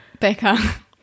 Becca